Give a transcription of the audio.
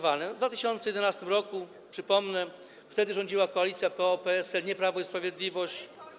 W 2011 r. Przypomnę, że wtedy rządziła koalicja PO-PSL, nie Prawo i Sprawiedliwość.